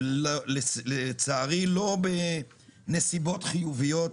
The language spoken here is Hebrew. לצערי לא בנסיבות חיוביות,